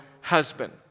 husband